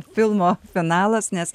filmo finalas nes